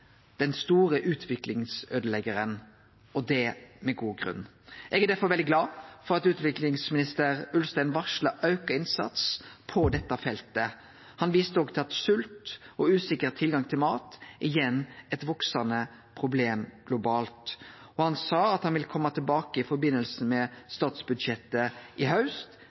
den store utviklingsøydeleggjaren – og det med god grunn. Eg er derfor veldig glad for at utviklingsminister Ulstein varsla auka innsats på dette feltet. Han viste òg til at svolt og usikker tilgang til mat igjen er eit veksande problem globalt, og at han ville kome tilbake i forbindelse med statsbudsjettet i haust